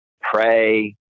pray